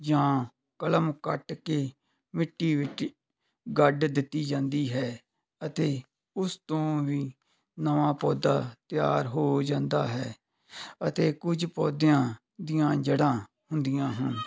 ਜਾਂ ਕਲਮ ਕੱਟ ਕੇ ਮਿੱਟੀ ਵਿੱਚ ਗੱਡ ਦਿੱਤੀ ਜਾਂਦੀ ਹੈ ਅਤੇ ਉਸ ਤੋਂ ਵੀ ਨਵਾਂ ਪੌਦਾ ਤਿਆਰ ਹੋ ਜਾਂਦਾ ਹੈ ਅਤੇ ਕੁਝ ਪੌਦਿਆਂ ਦੀਆਂ ਜੜਾਂ ਹੁੰਦੀਆਂ ਹਨ